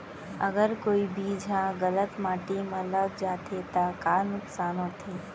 अगर कोई बीज ह गलत माटी म लग जाथे त का नुकसान होथे?